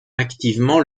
activement